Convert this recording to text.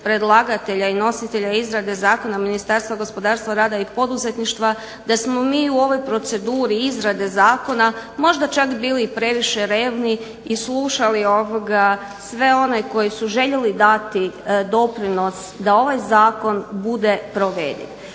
predlagatelja i nositelja izrade zakona Ministarstva gospodarstva, rada i poduzetništva, da smo mi u ovoj proceduri izrade zakona možda čak bili i previše revni i slušali sve one koji su željeli dati doprinos da ovaj zakon bude provediv.